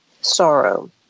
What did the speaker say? sorrow